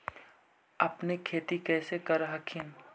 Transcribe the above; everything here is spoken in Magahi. अपने खेती कैसे कर हखिन?